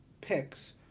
picks